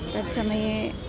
तत्समये